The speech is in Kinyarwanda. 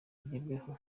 bigerweho